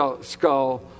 skull